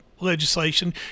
Legislation